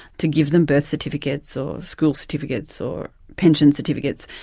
to give them birth certificates or school certificates or pension certificates,